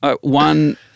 one